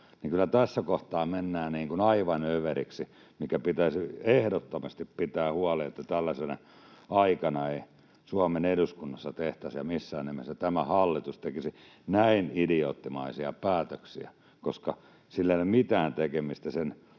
Kyllä tässä kohtaa mennään aivan överiksi, ja pitäisi ehdottomasti pitää huoli siitä, että tällaisena aikana ei Suomen eduskunnassa tehtäisi eikä missään nimessä tämä hallitus tekisi näin idioottimaisia päätöksiä, koska sillä ei ole mitään tekemistä sen